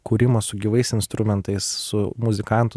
kūrimas su gyvais instrumentais su muzikantų